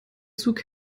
zug